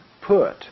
put